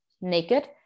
naked